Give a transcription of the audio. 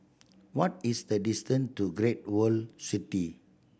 what is the distance to Great World City